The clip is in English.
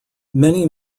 many